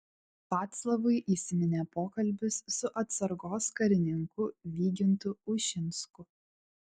vaclavui įsiminė pokalbis su atsargos karininku vygintu ušinsku